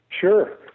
Sure